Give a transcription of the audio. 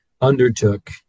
undertook